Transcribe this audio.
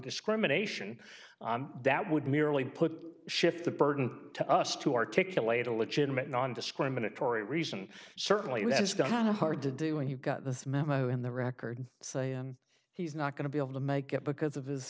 discrimination that would merely put shift the burden to us to articulate a legitimate nondiscriminatory reason certainly was done hard to do and you've got this memo in the record saying he's not going to be able to make it because of his